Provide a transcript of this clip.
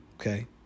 okay